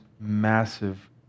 massive